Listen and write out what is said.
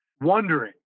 wondering